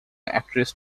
actress